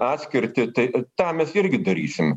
atskirtį tai tą mes irgi darysim